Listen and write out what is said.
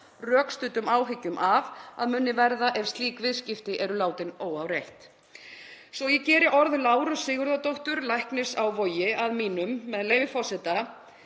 rökstuddum áhyggjum af að muni verða ef slík viðskipti eru látin óáreitt? Svo ég geri orð Láru Sigurðardóttur, læknis á Vogi, að mínum, með leyfi forseta: